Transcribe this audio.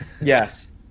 yes